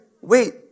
Wait